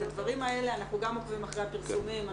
את הדברים האלה אנחנו גם עוקבים אחרי הפרסומים.